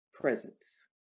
presence